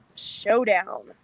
showdown